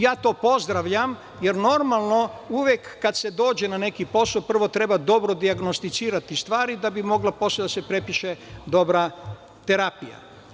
Ja to pozdravljam, jer normalno uvek kada se dođe na neki posao, prvo treba dobro dijagnosticirati stvari da bi mogla posle da se prepiše dobra terapija.